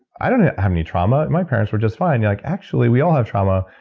i don't have any trauma. my parents were just fine. you're like actually, we all have trauma,